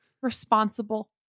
Responsible